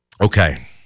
Okay